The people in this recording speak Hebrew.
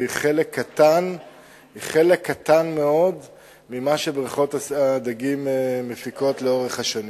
והיא חלק קטן מאוד ממה שבריכות הדגים מפיקות לאורך השנים.